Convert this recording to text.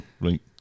Right